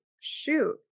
shoot